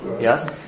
Yes